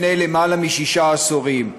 לפני יותר משישה עשורים,